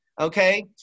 okay